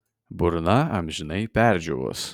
burna amžinai perdžiūvus